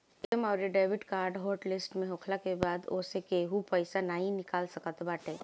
ATM अउरी debit card hot list होखला के बाद ओसे केहू पईसा नाइ निकाल सकत बाटे